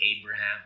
Abraham